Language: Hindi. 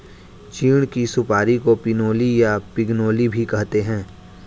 चीड़ की सुपारी को पिनोली या पिगनोली भी कहते हैं